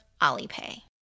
Alipay